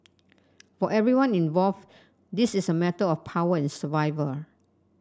for everyone involved this is a matter of power and survival